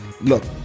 Look